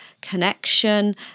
connection